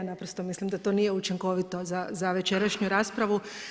Naprosto mislim da to nije učinkovito za večerašnju raspravu.